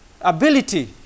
ability